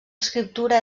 escriptura